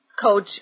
coach